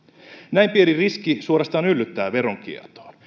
näin pieni riski suorastaan yllyttää veronkiertoon